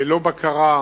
ללא בקרה,